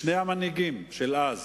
שני המנהיגים של אז